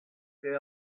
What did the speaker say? che